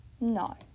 No